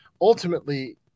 ultimately